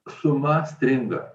suma stringa